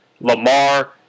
Lamar